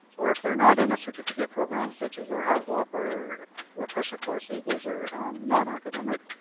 or if they're not in a certificate program, such as our hazwoper refresher courses, those are nonacademic,